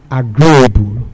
agreeable